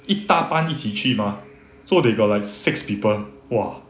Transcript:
一大半一起去嘛 so they got like six people !wah!